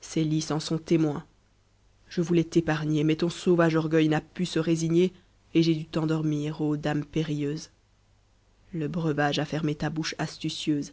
ces lys en sont témoins je voulais t'épargner mais ton sauvage orgueil n'a pu se résigner et j'ai dû t'endormir ô dame périlleuse le breuvage a fermé ta bouche astucieuse